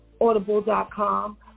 Audible.com